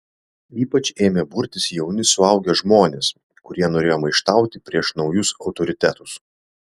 ypač ėmė burtis jauni suaugę žmonės kurie norėjo maištauti prieš naujus autoritetus